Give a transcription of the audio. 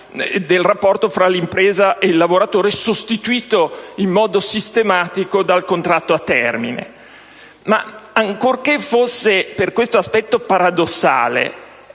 del rapporto fra l'impresa e il lavoratore, sostituito in modo sistematico dal contratto a termine. Ma, ancorché fosse per questo aspetto paradossale,